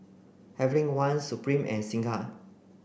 Heavenly Wang Supreme and Singha